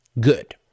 good